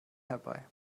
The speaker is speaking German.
herbei